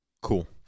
cool